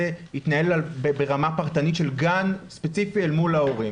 יתנהל ברמה פרטנית של גן ספציפי אל מול ההורים.